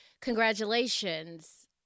Congratulations